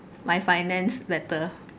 my finance better